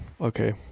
Okay